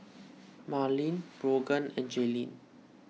Marleen Brogan and Jaelynn